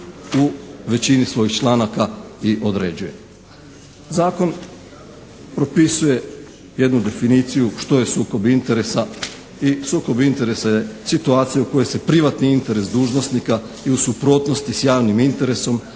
u većini svojih članaka i određuje. Zakon propisuje jednu definiciju što je sukob interesa i sukob interesa je situacija u kojoj se privatni interes dužnosnika i u suprotnosti s javnim interesom